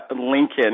Lincoln